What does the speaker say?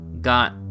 got